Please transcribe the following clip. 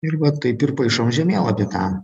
ir va taip ir paišom žemėlapį tą